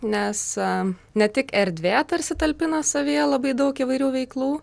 nes a ne tik erdvė tarsi talpina savyje labai daug įvairių veiklų